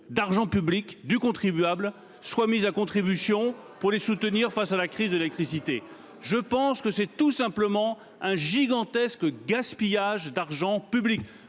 d'argent public du contribuable soient mis à contribution pour les soutenir face à la crise de l'électricité ? Je pense que c'est tout simplement un gigantesque gaspillage d'argent public